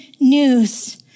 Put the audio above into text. news